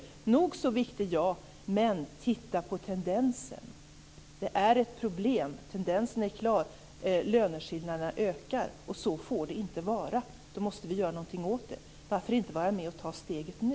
Den är nog så viktig, men titta på tendensen! Det är ett problem. Tendensen är klar. Löneskillnaderna ökar, och så får det inte vara. Då måste vi göra någonting åt det. Varför inte vara med och ta steget nu?